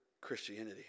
Christianity